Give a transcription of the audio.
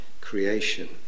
creation